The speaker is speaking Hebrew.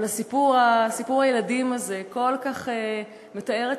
אבל סיפור הילדים הזה כל כך מתאר את